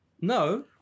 No